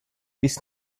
bis